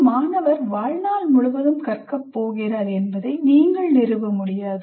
ஒரு மாணவர் வாழ்நாள் முழுவதும் கற்க போகிறார் என்பதை நீங்கள் நிறுவ முடியாது